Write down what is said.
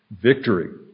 victory